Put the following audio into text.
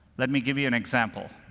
let me give you an example.